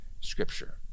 Scripture